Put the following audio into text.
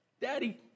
Daddy